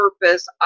purpose